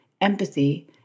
empathy